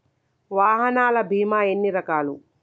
వాహనాల బీమా ఎన్ని రకాలు?